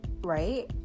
right